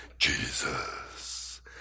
Jesus